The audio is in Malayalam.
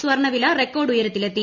സ്വർണവില റെക്കോർഡ് ഉയരത്തിലെത്തി